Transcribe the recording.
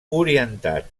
orientat